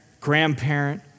grandparent